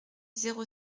zéro